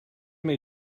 may